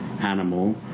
animal